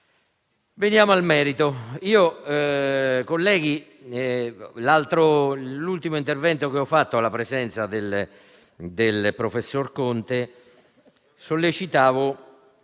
Veniamo al merito. Colleghi, nell'ultimo intervento che ho fatto alla presenza del professor Conte sollecitavo